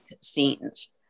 scenes